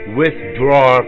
withdraw